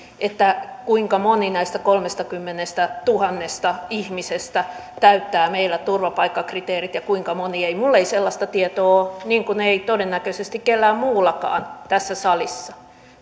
kuinka moni näistä kolmestakymmenestätuhannesta ihmisestä täyttää meillä turvapaikkakriteerit ja kuinka moni ei minulla ei sellaista tietoa ole niin kuin ei todennäköisesti kenelläkään muullakaan tässä salissa